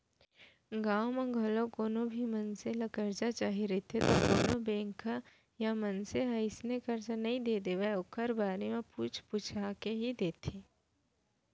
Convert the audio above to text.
गाँव म घलौ कोनो भी मनसे ल करजा चाही रहिथे त कोनो बेंक ह या मनसे ह अइसने करजा नइ दे देवय ओखर बारे म पूछ पूछा के ही देथे